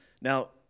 Now